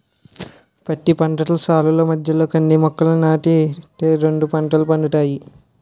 పత్తి పంట సాలుల మధ్యలో కంది మొక్కలని నాటి తే రెండు పంటలు పండుతాయి